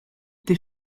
des